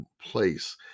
place